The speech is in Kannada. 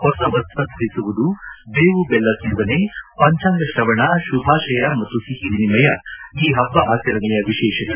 ಹೊಸ ವಸ್ತ್ರ ಧರಿಸುವುದು ಬೇವು ಬೆಲ್ಲ ಸೇವನೆ ಪಂಚಾಂಗ ಶ್ರವಣ ಶುಭಾಷಯ ಮತ್ತು ಸಿಹಿ ವಿನಿಮಯ ಈ ಪಬ್ಬ ಆಚರಣೆಯ ವಿಶೇಷಗಳು